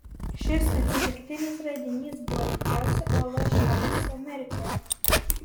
šis atsitiktinis radinys buvo didžiausia uola šiaurės amerikoje